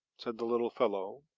said the little fellow,